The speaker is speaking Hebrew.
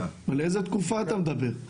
על איזה תקופה אתה מדבר?